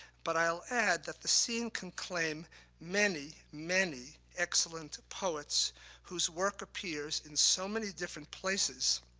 but i'll add that the scene can claim many, many excellent poets whose work appears in so many different places,